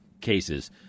cases